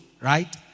right